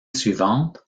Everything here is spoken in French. suivante